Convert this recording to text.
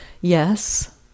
yes